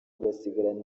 agasigarana